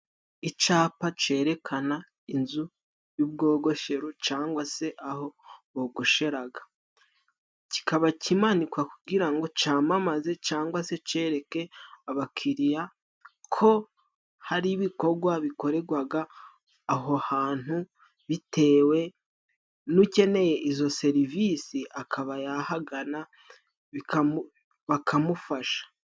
Icapa cerekana inzu y'ubwogoshero cangwa se aho bogosheraga. Kikaba kimanikwa kugirango camamaze cangwa se cereke abakiriya ko hari ibikogwa bikoregwaga aho hantu bitewe n' ukeneye izo serivisi, akaba yahagana bakamufasha.